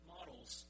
Models